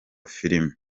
filime